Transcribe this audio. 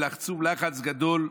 ולחצום לחץ גדול,